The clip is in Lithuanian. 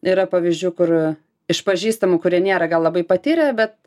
yra pavyzdžių kur iš pažįstamų kurie nėra gal labai patyrę bet